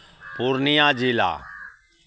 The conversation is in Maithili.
पूर्णियाँ जिला